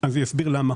אסביר למה.